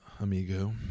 amigo